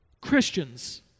Christians